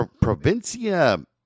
Provincia